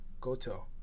Goto